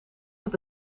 dat